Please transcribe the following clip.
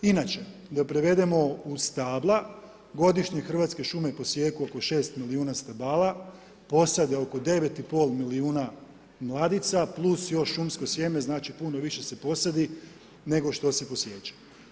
Inače, da prevedemo u stabla, godišnje Hrvatske šume posijeku oko 6 milijuna stabala, posade oko 9 i pol milijuna mladica plus još šumsko sjeme, znači, puno više se posadi, nego što se posječe.